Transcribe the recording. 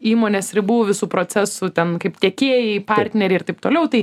įmonės ribų visų procesų ten kaip tiekėjai partneriai ir taip toliau tai